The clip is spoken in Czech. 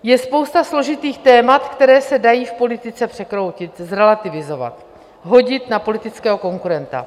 Je spousta složitých témat, která se dají v politice překroutit, zrelativizovat, hodit na politického konkurenta.